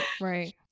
right